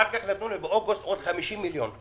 אחר כך נתנו לנו באוגוסט עוד 50 מיליון.